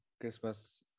Christmas